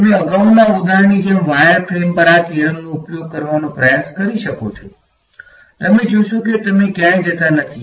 તમે અગાઉના ઉદાહરણની જેમ વાયર ફ્રેમ પર આ થીયરમનો ઉપયોગ કરવાનો પ્રયાસ કરી શકો છો તમે જોશો કે તમે ક્યાંય જતા નથી